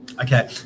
okay